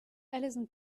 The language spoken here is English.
alison